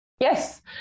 Yes